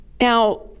Now